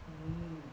mm